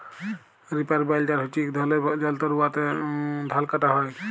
reaper binder হছে ইক ধরলের যল্তর উয়াতে ধাল কাটা হ্যয়